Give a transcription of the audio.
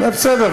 בסדר,